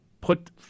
put